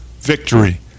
victory